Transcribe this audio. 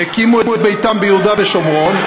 ועדת הכנסת תכריע בנדון.